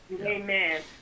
Amen